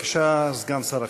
בבקשה, סגן שר החינוך.